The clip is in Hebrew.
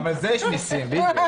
בדיוק.